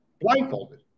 Blindfolded